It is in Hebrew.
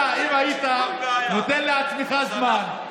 אם היית נותן לעצמך זמן,